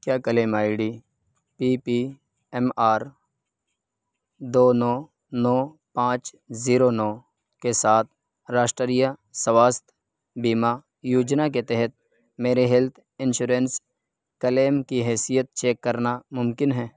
کیا claim I D P P M R دو نو نو پانچ زیرو نو کے ساتھ راشٹریہ سواستھ بیمہ یوجنا کے تحت میرے ہیلتھ انشورنس کلیم کی حیثیت چیک کرنا ممکن ہے